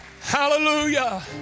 Hallelujah